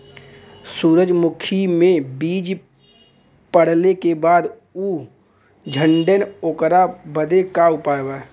सुरजमुखी मे बीज पड़ले के बाद ऊ झंडेन ओकरा बदे का उपाय बा?